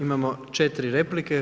Imamo 4 replike.